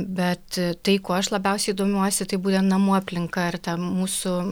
bet tai kuo aš labiausiai domiuosi tai būtent namų aplinka ar ten mūsų